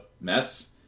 mess